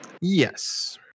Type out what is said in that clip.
Yes